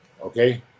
Okay